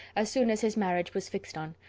ah soon as his marriage was fixed on.